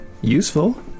useful